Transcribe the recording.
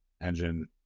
engine